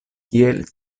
kiel